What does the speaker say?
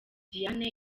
diane